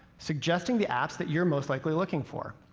suggesting the apps that you're most likely looking for.